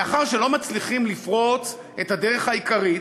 מאחר שלא מצליחים לפרוץ את הדרך העיקרית,